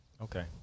Okay